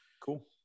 Cool